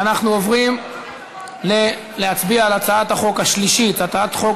ואנחנו עוברים להצביע על הצעת החוק השלישית: הצעת חוק